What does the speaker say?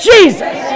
Jesus